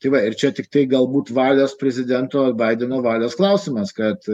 tai va ir čia tiktai galbūt valios prezidento baideno valios klausimas kad